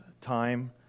time